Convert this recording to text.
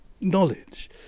knowledge